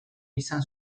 izan